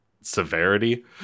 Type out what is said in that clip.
severity